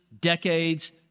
decades